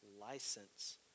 license